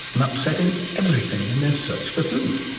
and upsetting everything in their search for food.